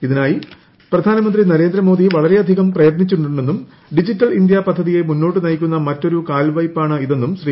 ഇതിനായി പ്രധാനമന്ത്രി നരേന്ദ്ര മോദി വളരെയധികം പ്രയത്നിച്ചിട്ടുണ്ടെന്നും ഡിജിറ്റൽ ഇന്തൃ പദ്ധതിയെ മുന്നോട്ട് നയിക്കുന്ന മറ്റൊരു കൽവയ്പ്പാണിതെന്നും ശ്രീ